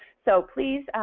so please,